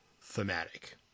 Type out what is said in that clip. thematic